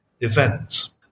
events